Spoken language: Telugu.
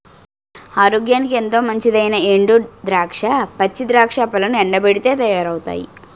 ఆరోగ్యానికి ఎంతో మంచిదైనా ఎండు ద్రాక్ష, పచ్చి ద్రాక్ష పళ్లను ఎండబెట్టితే తయారవుతుంది